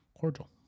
cordial